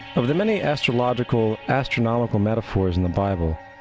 of the many astrological-astronomical metaphors in the bible,